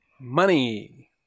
Money